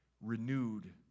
renewed